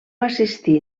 assistí